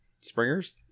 Springers